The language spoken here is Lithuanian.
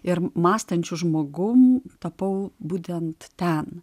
ir mąstančiu žmogum tapau būtent ten